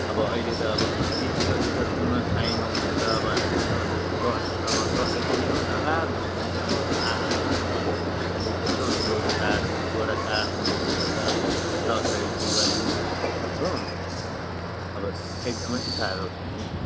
अब अहिले त अब बिस प्रतिशत बोनस पाएनौँ भने त अब हाम्रो त दस अब दसैँ पनि अन्धकार हुन्छ नि अब आठ हजार नौँ हजारको स्यालेरी त्यत्रो ठुलो चाड दुई दुईववटा चाड मनाउनु पर्छ दसैँ दिवाली हो अब एकदमै साह्रो छ नि